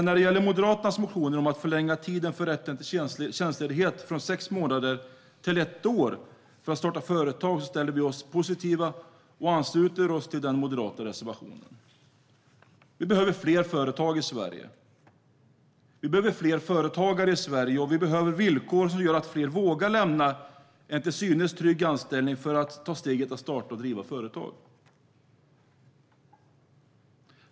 När det gäller Moderaternas motioner om att förlänga tiden för rätten till tjänstledighet från sex månader till ett år för att starta företag ställer vi oss positiva och ansluter oss till den moderata reservationen. Vi behöver fler företag i Sverige. Vi behöver fler företagare i Sverige, och vi behöver villkor som gör att fler vågar lämna en till synes trygg anställning för att ta steget att starta och driva företag.